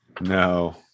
No